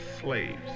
slaves